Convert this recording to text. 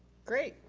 great.